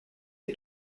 est